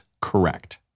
correct